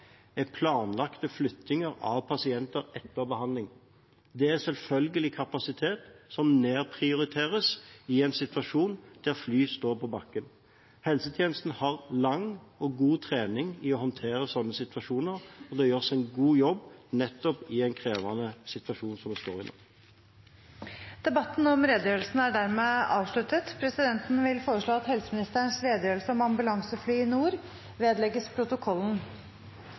er planlagte flyttinger av pasienter etter behandling. Det er selvfølgelig kapasitet som nedprioriteres i en situasjon der fly står på bakken. Helsetjenesten har lang og god trening i å håndtere slike situasjoner. Det gjøres en god jobb i den krevende situasjonen som vi står i nå. Debatten om redegjørelsen er dermed avsluttet. Presidenten foreslår at helseministerens redegjørelse om ambulansefly i nord vedlegges protokollen.